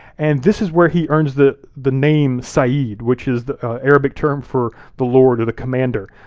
and this is where he earns the the name sayyid, which is the arabic term for the lord or the commander.